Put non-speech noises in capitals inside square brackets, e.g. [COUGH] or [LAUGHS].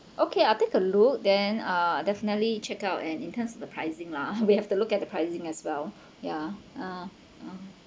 okay I'll take a look then uh definitely check out and in terms of the pricing lah [LAUGHS] we have to look at the pricing as well yeah uh uh